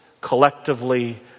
collectively